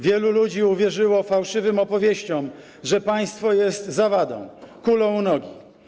Wielu ludzi uwierzyło fałszywym opowieściom, że państwo jest kulą u nogi.